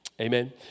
Amen